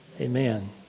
Amen